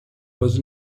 was